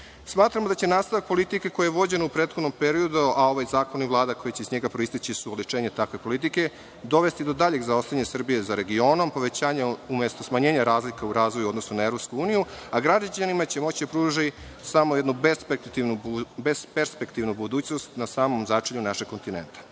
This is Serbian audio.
Smatramo da će nastavak politike koja je vođena u prethodnom periodu, a ovaj zakon i Vlada koji će iz njega proisteći su oličenje takve politike, dovesti do daljeg zaostajanja Srbije za regionom, povećanje, umesto smanjenje razlika u razvoju u odnosu na Evropsku uniju, a građanima će moći da pruži samo jednu besperspektivnu budućnost, na samom začelju našeg kontinenta.O